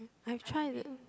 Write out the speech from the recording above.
I've try the